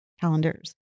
calendars